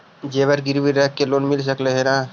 जेबर गिरबी रख के लोन मिल सकले हे का?